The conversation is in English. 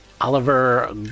Oliver